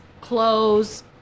clothes